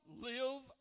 live